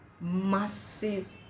massive